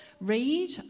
read